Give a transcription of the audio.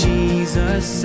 Jesus